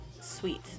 sweet